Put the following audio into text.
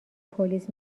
پلیس